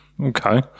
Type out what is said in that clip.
Okay